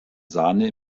sahne